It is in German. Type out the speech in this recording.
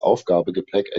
aufgabegepäck